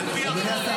אדוני השר.